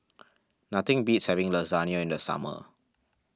nothing beats having Lasagna in the summer